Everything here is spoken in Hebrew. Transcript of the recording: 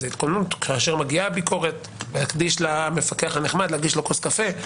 כאשר מגיעה ביקורת צריך להגיש למפקח הנחמד כוס קפה,